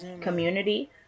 community